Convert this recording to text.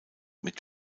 mit